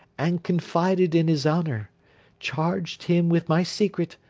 and confided in his honour charged him with my secret,